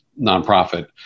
nonprofit